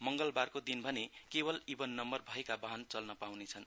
मंगलबारको दिन भने केवल इभन नम्बर भएका वाहन चलन पाउनेछन्